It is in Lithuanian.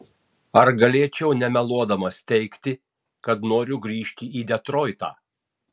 ar galėčiau nemeluodamas teigti kad noriu grįžti į detroitą